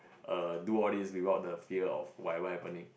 err do all these without the fear of whatever happening